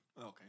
Okay